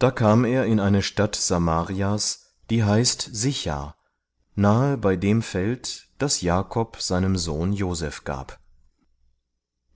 da kam er in eine stadt samarias die heißt sichar nahe bei dem feld das jakob seinem sohn joseph gab